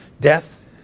death